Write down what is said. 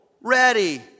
ready